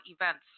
events